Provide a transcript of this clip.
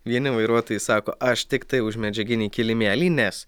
vieni vairuotojai sako aš tiktai už medžiaginį kilimėlį nes